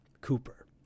Cooper